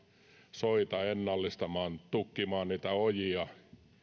soita ennallistamaan tukkimaan niitä ojia